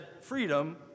freedom